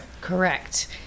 Correct